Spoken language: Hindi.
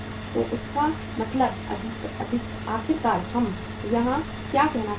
तो इसका मतलब आखिरकार हम यहाँ क्या कहना चाहते हैं